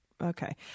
Okay